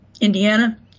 Indiana